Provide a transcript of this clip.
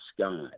sky